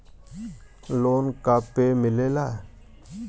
Loan का का पे मिलेला?